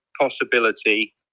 possibility